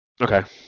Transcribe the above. Okay